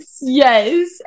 yes